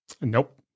Nope